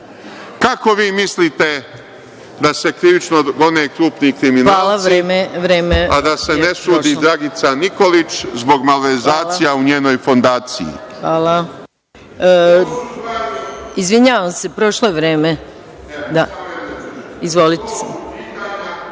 vi mislite da se krivično gone krupni kriminalci, a da se ne sudi Dragici Nikolić zbog malverzacija u njenoj fondaciji.